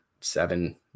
seven